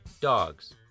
dogs